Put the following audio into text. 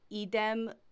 idem